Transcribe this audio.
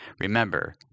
Remember